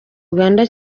uganda